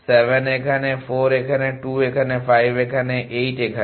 7 এখানে 4 এখানে 2 এখানে 5 এখানে 8 এখানে